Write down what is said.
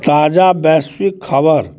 ताजा वैश्विक खबर